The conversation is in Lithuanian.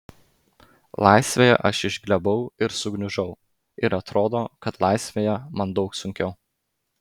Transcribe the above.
laisvėje aš išglebau ir sugniužau ir atrodo kad laisvėje man daug sunkiau